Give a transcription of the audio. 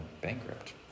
bankrupt